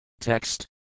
Text